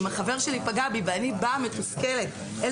אם החבר שלי פגע בי ואני באה מתוסכלת אל